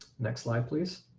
next slide please.